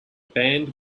band